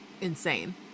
insane